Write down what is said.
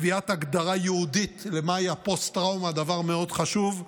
קביעת הגדרה ייעודית לפוסט-טראומה, דבר מאוד חשוב,